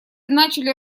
начали